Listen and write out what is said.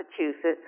Massachusetts